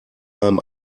beim